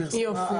יופי.